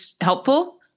helpful